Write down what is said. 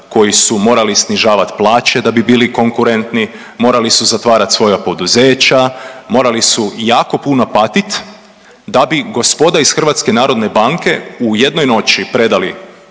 koji su morali snižavati plaće da bi bili konkurentni, morali su zatvarat svoja poduzeća, morali su jako puno patiti da bi gospoda iz Hrvatske narodne banke u jednoj noći predali